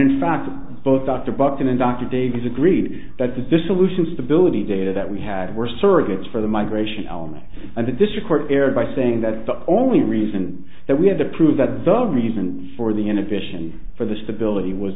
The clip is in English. in fact both dr buchan and dr davies agreed that the dissolution stability data that we had were surrogates for the migration element and the district court erred by saying that the only reason that we had to prove that the reason for the inhibition for the stability was